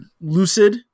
lucid